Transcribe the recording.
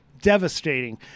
devastating